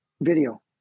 video